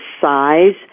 size